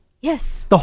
yes